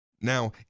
Now